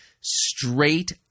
straight